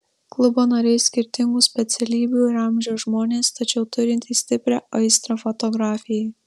klubo nariai skirtingų specialybių ir amžiaus žmonės tačiau turintys stiprią aistrą fotografijai